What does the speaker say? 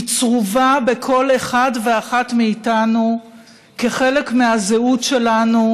היא צרובה בכל אחד ואחת מאיתנו כחלק מהזהות שלנו,